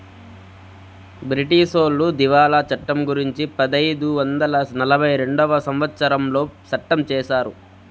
బ్రిటీసోళ్లు దివాళా చట్టం గురుంచి పదైదు వందల నలభై రెండవ సంవచ్చరంలో సట్టం చేశారు